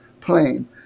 plane